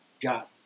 got